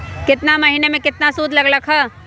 केतना महीना में कितना शुध लग लक ह?